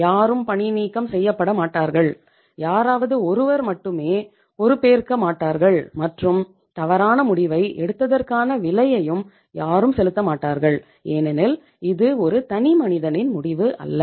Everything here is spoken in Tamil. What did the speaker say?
யாரும் பணிநீக்கம் செய்யப்பட மாட்டார்கள் யாராவது ஒருவர் மட்டுமே பொறுப்பேற்க மாட்டார்கள் மற்றும் தவறான முடிவை எடுத்ததற்கான விலையை யாரும் செலுத்த மாட்டார்கள் ஏனெனில் இது ஒரு தனி மனிதனின் முடிவு அல்ல